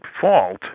fault